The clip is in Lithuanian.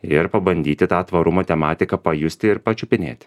ir pabandyti tą tvarumo tematiką pajusti ir pačiupinėti